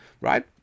right